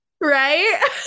right